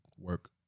work